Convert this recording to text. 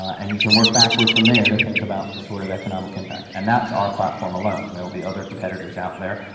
and you can work backward from there to think about the sort of economic impact, and that's our platform alone. there will be other competitors out there,